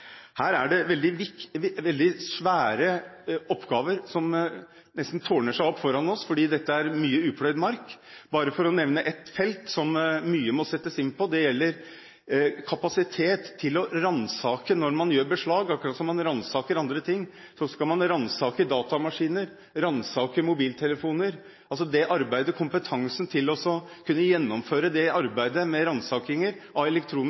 Her er det veldig svære oppgaver som nesten tårner seg opp foran oss, for dette er mye upløyd mark. Bare for å nevne ett felt der det må settes inn mye: Det gjelder kapasitet til å ransake når man gjør beslag. Akkurat som man ransaker andre steder, skal man ransake datamaskiner og mobiltelefoner. Kompetansen til å kunne gjennomføre arbeidet med ransaking av